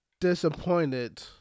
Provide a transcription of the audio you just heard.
disappointed